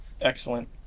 Excellent